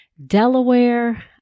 Delaware